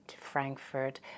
Frankfurt